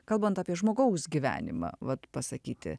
kalbant apie žmogaus gyvenimą vat pasakyti